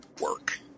work